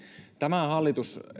tämä hallitus